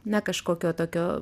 na kažkokio tokio